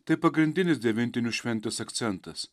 tai pagrindinis devintinių šventės akcentas